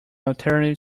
alternative